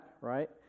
right